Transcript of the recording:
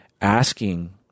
asking